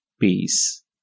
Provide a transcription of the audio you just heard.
peace